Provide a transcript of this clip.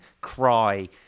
cry